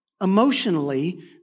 emotionally